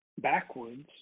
backwards